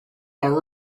are